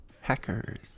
Hackers